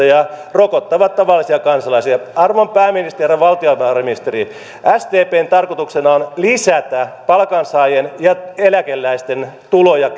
ja rokottavat tavallisia kansalaisia arvon pääministeri ja herra valtiovarainministeri sdpn tarkoituksena on lisätä palkansaajien ja eläkeläisten tuloja